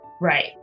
right